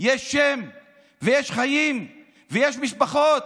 יש שם ויש חיים ויש משפחות,